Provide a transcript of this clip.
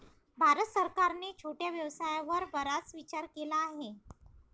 भारत सरकारने छोट्या व्यवसायावर बराच विचार केला आहे